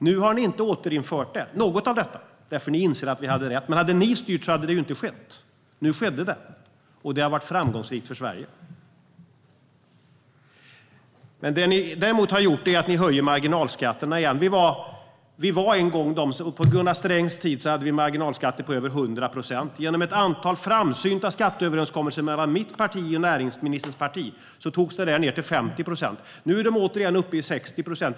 Ni har inte återinfört något av detta, för ni inser att vi hade rätt. Men hade ni styrt hade det ju inte skett. Nu skedde det, och det har varit framgångsrikt för Sverige. Det ni däremot har gjort är att höja marginalskatterna igen. På Gunnar Strängs tid hade vi marginalskatter på över 100 procent. Genom ett antal framsynta skatteöverenskommelser mellan mitt parti och näringsministerns parti togs de ned till 50 procent. Nu är de återigen uppe på 60 procent.